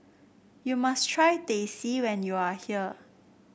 you must try Teh C when you are here